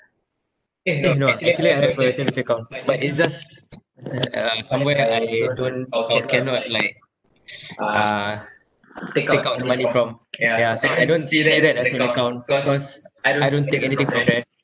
eh no actually I have a savings account but it's just uh somewhere I don't or cannot like uh take out money from yeah so I don't see that as an account cause I don't take anything from there